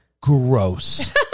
Gross